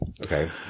okay